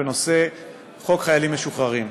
בנושא חוק חיילים משוחררים.